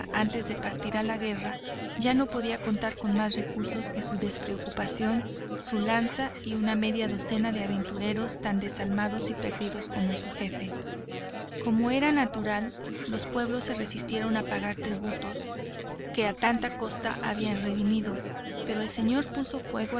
antes de partir a la guerra ya no podía contar con más recursos que su despreocupación su lanza y una media docena de aventureros tan desalmados y perdidos como su jefe como era natural los pueblos se resistieron a pagar tributos que a tanta costa habían redimido pero el señor puso fuego